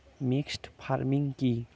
Mixed farming কি?